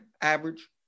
average